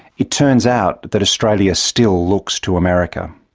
it turns out that australia still looks to america.